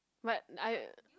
but I